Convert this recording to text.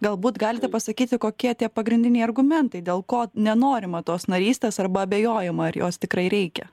galbūt galite pasakyti kokie tie pagrindiniai argumentai dėl ko nenorima tos narystės arba abejojama ar jos tikrai reikia